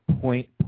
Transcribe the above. Point